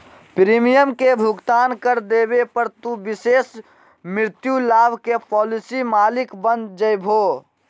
premium के भुगतान कर देवे पर, तू विशेष मृत्यु लाभ के पॉलिसी मालिक बन जैभो